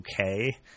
okay